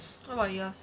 what about yours